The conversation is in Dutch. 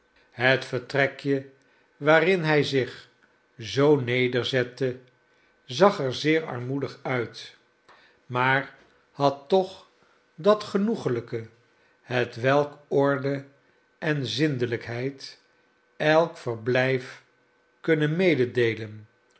het vertrekje waarin hij zich zoo nederzette zag er zeer armoedig uit maar had toch dat genoeglijke hetwelk orde en zindelijkheid elk verblijf kunnen mededeelen